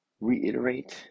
reiterate